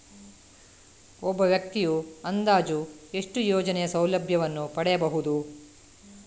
ಒಬ್ಬ ವ್ಯಕ್ತಿಯು ಅಂದಾಜು ಎಷ್ಟು ಯೋಜನೆಯ ಸೌಲಭ್ಯವನ್ನು ಪಡೆಯಬಹುದು?